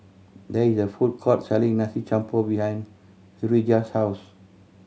there is a food court selling Nasi Campur behind Urijah's house